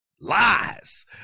lies